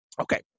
Okay